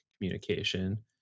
communication